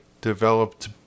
developed